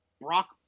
Brock